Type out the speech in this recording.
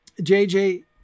JJ